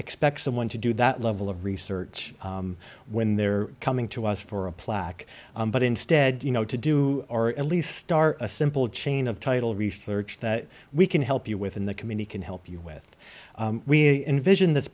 expect someone to do that level of research when they're coming to us for a plaque but instead you know to do or at least start a simple chain of title research that we can help you with in the community can help you with we envision this